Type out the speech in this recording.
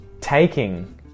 Taking